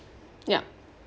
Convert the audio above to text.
yup